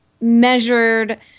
measured